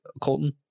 Colton